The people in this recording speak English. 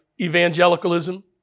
evangelicalism